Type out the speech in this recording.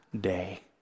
day